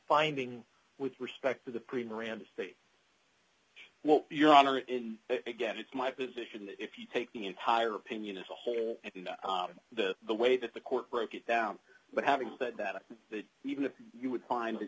finding with respect to the premier and state well your honor in again it's my position that if you take the entire opinion as a whole that the way that the court broke it down but having said that that even if you would find that